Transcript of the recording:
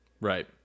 Right